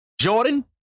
Jordan